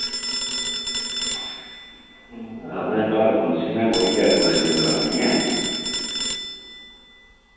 असें घर फंक्शन ऐ कोई ते डेकोरेशन करानी ऐ